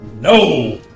No